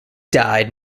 died